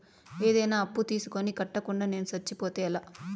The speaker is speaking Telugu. ఏదైనా అప్పు తీసుకొని కట్టకుండా నేను సచ్చిపోతే ఎలా